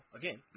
again